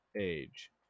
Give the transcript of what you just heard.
age